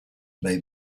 may